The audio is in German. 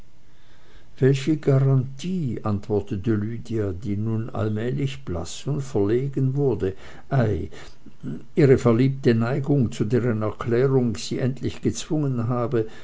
welche garantie antwortete lydia die nun allmählich blaß und verlegen wurde ei ihre verliebte neigung zu deren erklärung ich sie endlich gezwungen habe